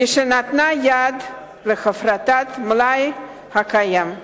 כשנתנה יד להפרטת המלאי הקיים.